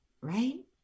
right